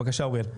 בבקשה אוריאל.